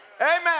Amen